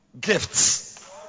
gifts